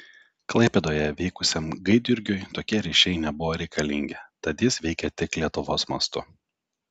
klaipėdoje veikusiam gaidjurgiui tokie ryšiai nebuvo reikalingi tad jis veikė tik lietuvos mastu